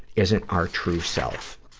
isn't our true self.